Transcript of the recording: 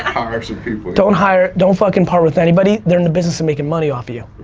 hire some people. don't hire, don't fucking part with anybody, they're in the business of making money off of you.